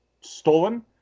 stolen